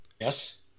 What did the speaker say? Yes